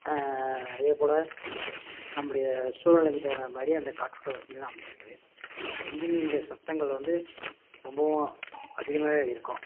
அதேபோல் நம்முடைய சூல்நிலைக்கு தகுந்த மாதிரி அந்த காற்றோட்ட வசதிலாம் அமைஞ்சிருக்குது இன்ஜினுடைய சத்தங்கள் வந்து ரொம்பவும் அதிகமாகவே இருக்கும்